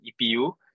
EPU